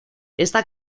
esta